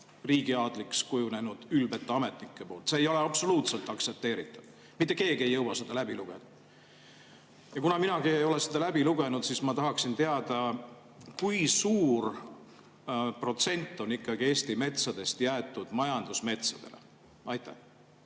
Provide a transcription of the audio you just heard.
riigiaadliks kujunenud ülbed ametnikud. See ei ole absoluutselt aktsepteeritav. Mitte keegi ei jõua seda [nii kiiresti] läbi lugeda! Ja kuna minagi ei ole seda läbi lugenud, siis ma tahaksin teada, kui suur protsent on ikkagi Eesti metsadest jäetud majandusmetsadele. Aitäh,